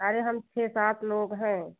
अरे हम छः सात लोग हैं